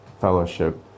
fellowship